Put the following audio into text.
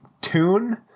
tune